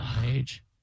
age